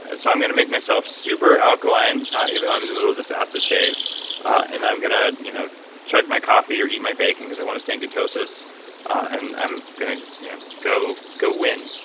and so i'm going to make myself super alkaline even though i'm in the middle of this acid phase and i'm going to you know chug my coffee or eat my bacon because i want to stay in ketosis and i'm going to you know go go win.